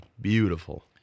beautiful